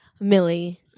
Millie